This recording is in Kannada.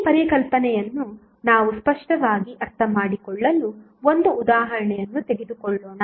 ಈ ಪರಿಕಲ್ಪನೆಯನ್ನು ನಾವು ಸ್ಪಷ್ಟವಾಗಿ ಅರ್ಥಮಾಡಿಕೊಳ್ಳಲು ಒಂದು ಉದಾಹರಣೆಯನ್ನು ತೆಗೆದುಕೊಳ್ಳೋಣ